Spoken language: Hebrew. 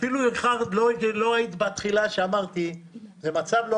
אפילו איחרת ולא היית בהתחלה כשאמרתי שזה מצב לא